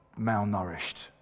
malnourished